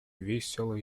весело